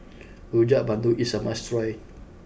Rojak Bandung is a must try